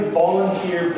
volunteer